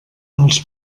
els